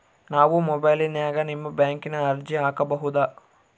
ನಾವು ಮೊಬೈಲಿನ್ಯಾಗ ನಿಮ್ಮ ಬ್ಯಾಂಕಿನ ಅರ್ಜಿ ಹಾಕೊಬಹುದಾ?